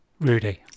Rudy